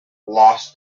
lost